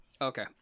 Okay